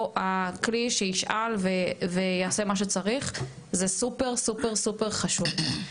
יהיו איסור תכנים והגבלות יצירתיות,